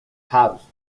house